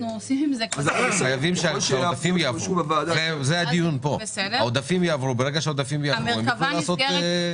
זה הדיון פה ברגע שהעודפים יעברו, נוכל לעשות.